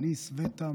אני סווטה,